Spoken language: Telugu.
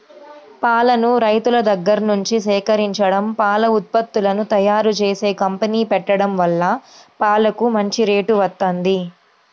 పాలను రైతుల దగ్గర్నుంచి సేకరించడం, పాల ఉత్పత్తులను తయ్యారుజేసే కంపెనీ పెట్టడం వల్ల పాలకు మంచి రేటు వత్తంది